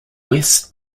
west